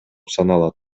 саналат